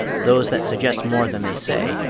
those that suggest more than they say,